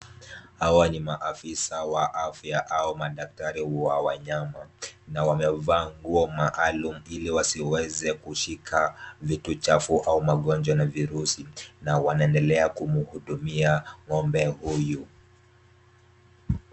Hawa ni maafisa wa afya au madaktari wa wanyama na wamevaa nguo maalum ili wasiweze kushika vitu chafu au magonjwa na virusi na wanaendelea kumhudumia ng'ombe huyu.